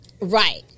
Right